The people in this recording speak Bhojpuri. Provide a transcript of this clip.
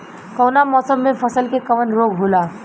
कवना मौसम मे फसल के कवन रोग होला?